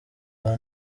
rwa